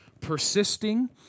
persisting